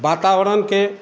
वातावरणके